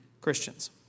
Christians